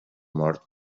mort